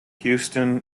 houston